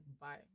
bye